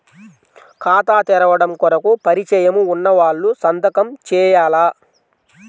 ఖాతా తెరవడం కొరకు పరిచయము వున్నవాళ్లు సంతకము చేయాలా?